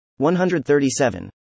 137